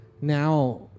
Now